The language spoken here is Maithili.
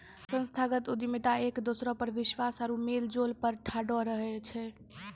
संस्थागत उद्यमिता एक दोसरा पर विश्वास आरु मेलजोल पर ठाढ़ो रहै छै